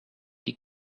die